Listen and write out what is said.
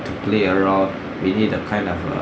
to play around we need a kind of a